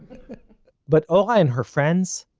but ora and her friends,